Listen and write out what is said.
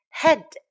head